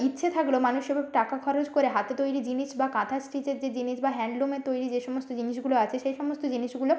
ইচ্ছে থাকলেও মানুষ সেভাবে টাকা খরচ করে হাতে তৈরি জিনিস বা কাঁথা স্টিচের যে জিনিস বা হ্যান্ডলুমের তৈরি যে সমস্ত জিনিসগুলো আছে সেই সমস্ত জিনিসগুলো